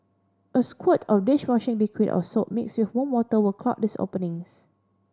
a squirt of dish washing liquid or soap mixed with warm water will clog these openings